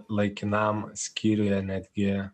laikinam skyriuje netgi